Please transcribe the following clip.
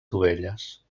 dovelles